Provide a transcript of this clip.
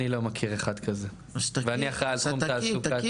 אני לא מכיר אחד כזה ואני אחראי על תחום תעסוקת צעירים.